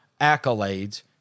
accolades –